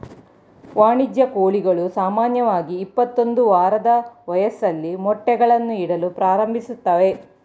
ವಾಣಿಜ್ಯ ಕೋಳಿಗಳು ಸಾಮಾನ್ಯವಾಗಿ ಇಪ್ಪತ್ತೊಂದು ವಾರದ ವಯಸ್ಸಲ್ಲಿ ಮೊಟ್ಟೆಗಳನ್ನು ಇಡಲು ಪ್ರಾರಂಭಿಸ್ತವೆ